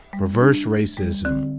reverse racism.